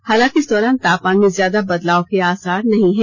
हालांकि इस दौरान तापमान में ज्यादा के बदलाव के आसार नहीं है